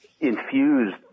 infuse